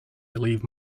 leave